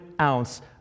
ounce